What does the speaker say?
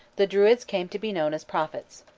the druids came to be known as prophets.